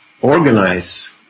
organize